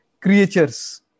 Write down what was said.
creatures